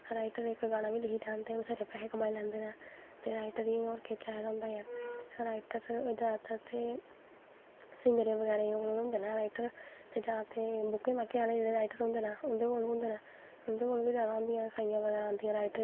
graduation level करनैं दै बाद फैशन डिज़ाईनिंग च पेई जंदियां कि असैं फैशन डिज़ाईनिंग करनीं ऐं सिक्खनीं ऐं फैशन डिज़ाईनिंग सिक्खियै असैं अपनां बिज़नस चलानां ऐ कि बिज़नस चलाईयै असैं अपनां थोह्ड़ा मता बैनिफिट करचै कि पैसा अच्छा कमाई सकने आं